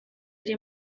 iri